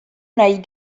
nahi